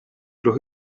los